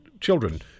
children